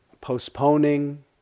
postponing